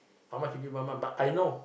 how much you give mama but I know